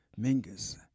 Mingus